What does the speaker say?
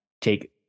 take